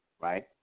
right